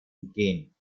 entgehen